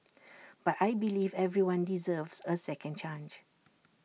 but I believe everyone deserves A second chance